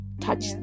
touch